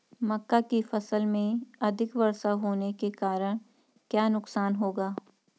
मक्का की फसल में अधिक वर्षा होने के कारण क्या नुकसान होगा?